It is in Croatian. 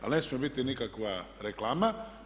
Ali ne smije biti nikakva reklama.